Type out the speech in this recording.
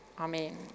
Amen